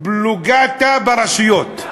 פלוגתא ברשויות.